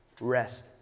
Rest